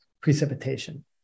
precipitation